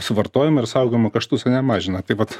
suvartojimą ir saugojimo kaštus ane mažina taip vat